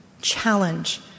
challenge